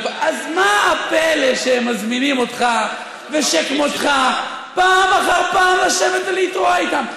אז מה הפלא שהם מזמינים אותך ושכמותך פעם אחר פעם לשבת ולהתרועע איתם.